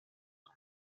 چیز